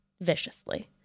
viciously